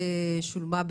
ששולמה,